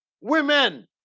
women